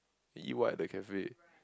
you eat what at the cafe